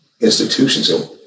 institutions